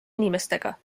inimestega